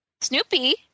Snoopy